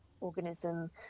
organism